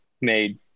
made